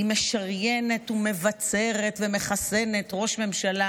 היא משריינת ומבצרת ומחסנת ראש ממשלה